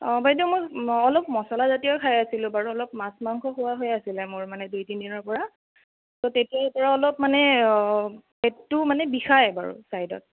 অঁ বাইদেউ মই অলপ মছলাজাতীয় খাই আছিলোঁ বাৰু অলপ মাছ মাংস খোৱা হৈ আছিলে মোৰ মানে দুই তিনিদিনৰ পৰা ত' তেতিয়াৰ পৰা অলপ মানে পেটটো মানে বিষায় বাৰু চাইডত